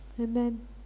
Amen